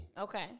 Okay